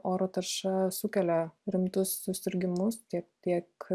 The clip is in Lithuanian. oro tarša sukelia rimtus susirgimus tiek tiek